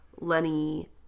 Lenny